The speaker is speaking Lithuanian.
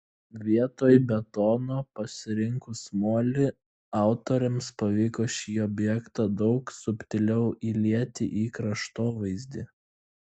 vietoj betono pasirinkus molį autoriams pavyko šį objektą daug subtiliau įlieti į kraštovaizdį